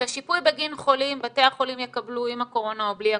את השיפוי בגין חולים בתי החולים יקבלו עם הקורונה או בלי הקורונה,